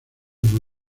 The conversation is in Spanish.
muy